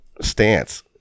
stance